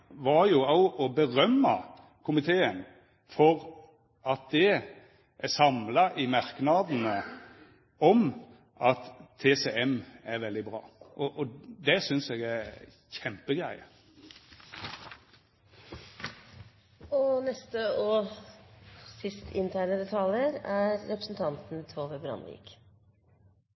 var mi hovudsak, var å rosa komiteen for at dei er samla i merknadene om at TCM er veldig bra. Det synest eg er ei kjempegreie. Jeg ønsker å benytte anledningen til å gi en liten tilbakemelding til representanten